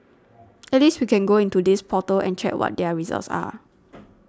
at least we can go into this portal and check what their results are